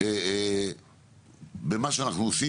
מה אנחנו עושים,